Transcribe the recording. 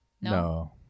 No